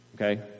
okay